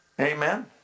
Amen